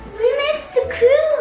we missed the